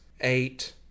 eight